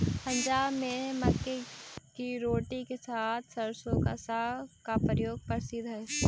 पंजाब में मक्के की रोटी के साथ सरसों का साग का प्रयोग प्रसिद्ध हई